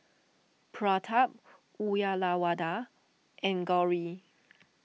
Pratap Uyyalawada and Gauri